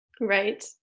Right